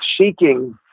seeking